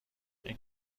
این